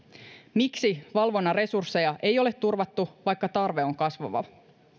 miksi valvonnan resursseja ei ole turvattu vaikka tarve on kasvava